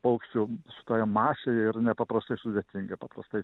paukščių šitoje masėje yra nepaprastai sudėtinga paprastai